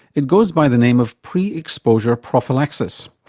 it goes by the name of pre-exposure prophylaxis,